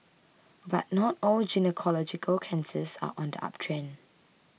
but not all gynaecological cancers are on the uptrend